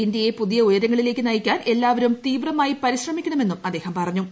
ഇന്ത്യയെ പുതിയ ഉയരങ്ങളിലേക്ക് നയിക്കാൻ എല്ലാവരും തീവ്രവായി പരിശ്രമക്കണമെന്നും അദ്ദേഹം പറഞ്ഞു